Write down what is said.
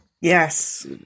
Yes